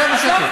שב בשקט.